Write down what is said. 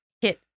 hit